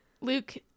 Luke